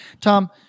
Tom